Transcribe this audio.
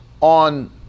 on